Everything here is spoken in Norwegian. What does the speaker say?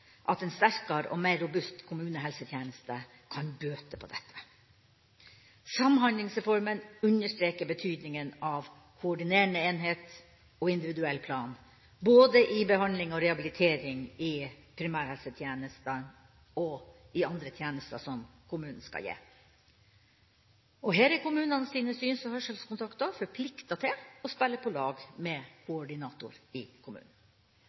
at en sterkere og mer robust kommunehelsetjeneste kan bøte på dette. Samhandlingsreformen understreker betydningen av koordinerende enhet og individuell plan, både i behandling og rehabilitering i primærhelsetjenesten og i andre tjenester som kommunen skal gi. Her er kommunenes syns- og hørselskontakter forpliktet til å spille på lag med koordinator i kommunen.